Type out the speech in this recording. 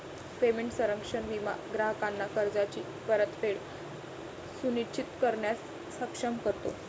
payment संरक्षण विमा ग्राहकांना कर्जाची परतफेड सुनिश्चित करण्यास सक्षम करतो